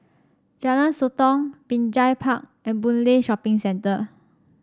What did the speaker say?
Jalan Sotong Binjai Park and Boon Lay Shopping Centre